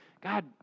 God